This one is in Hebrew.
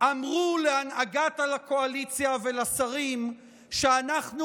אמרו להנהגת הקואליציה ולשרים שאנחנו